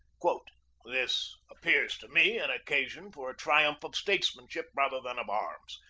this appears to me an occasion for a triumph of statesmanship rather than of arms.